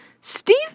Steve